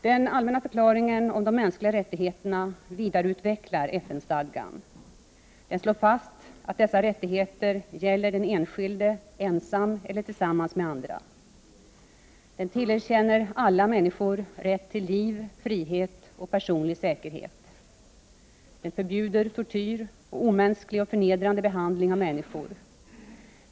Den allmänna förklaringen om de mänskliga rättigheterna vidareutvecklar FN-stadgan. Den slår fast att dessa rättigheter gäller den enskilde ensam eller tillsammans med andra. Den tillerkänner alla människor rätt till liv, frihet och personlig säkerhet. Den förbjuder tortyr och omänsklig och förnedrande behandling av människor.